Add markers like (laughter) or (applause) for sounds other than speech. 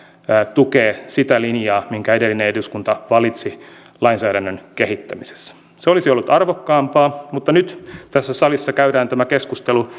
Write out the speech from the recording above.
tukee sitä linjaa minkä edellinen eduskunta valitsi lainsäädännön kehittämisessä se olisi ollut arvokkaampaa mutta nyt tässä salissa käydään tämä keskustelu (unintelligible)